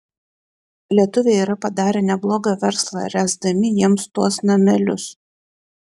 lietuviai yra padarę neblogą verslą ręsdami jiems tuos namelius